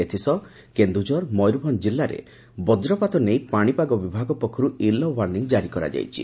ଏଥିସହ କେନୁଝର ମୟୂରଭଞ୍ଞ ଜିଲ୍ଲାରେ ବଜ୍ରପାତ ନେଇ ପାଶିପାଗ ବିଭାଗ ପକ୍ଷର୍ ୟେଲୋଓ୍ୱାର୍ଷିଂ କାରି କରାଯାଇଛି